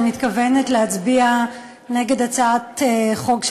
אני מתכוונת להצביע נגד הצעת החוק,